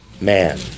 Man